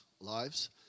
lives